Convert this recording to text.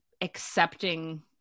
accepting